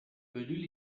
ödül